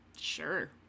Sure